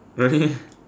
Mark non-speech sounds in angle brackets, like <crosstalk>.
really <laughs>